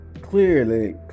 Clearly